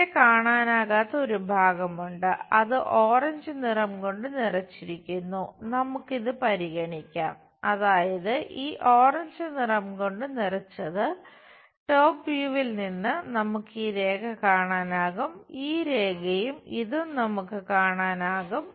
അവിടെ കാണാനാകാത്ത ഒരു ഭാഗം ഉണ്ട് അത് ഓറഞ്ച് നിന്ന് നമുക്ക് ഈ രേഖ കാണാനാകും ഈ രേഖയും ഇതും നമുക്ക് കാണാനാകും